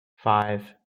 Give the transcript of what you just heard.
five